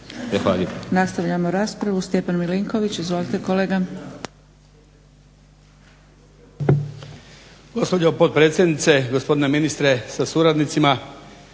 hvala nam